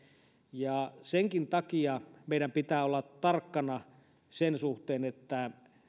ja senkin takia meidän pitää olla tarkkana sen suhteen että me